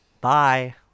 Bye